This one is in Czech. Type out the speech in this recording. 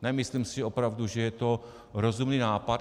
Nemyslím si opravdu, že je to rozumný nápad.